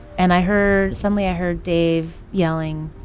and i heard suddenly, i heard dave yelling,